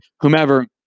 whomever